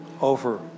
over